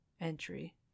entry